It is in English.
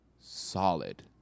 solid